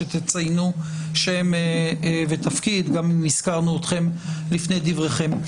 אבקש שתציינו שם ותפקיד גם אם הזכרנו אתכם לפני דבריכם.